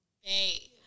hey